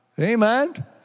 Amen